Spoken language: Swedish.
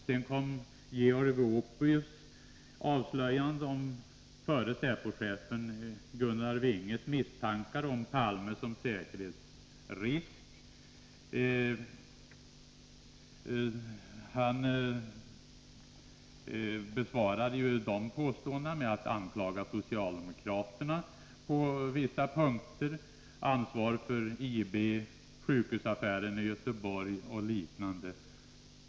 Så kom Georg Wuopios avslöjanden om förre säpo-chefen Per-Gunnar Vinges misstankar om Olof Palme som en säkerhetsrisk. Vinge kontrade med att anklaga socialdemokraterna på vissa punkter, ansvar för IB och sjukhusaffären i Göteborg och liknande.